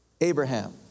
Abraham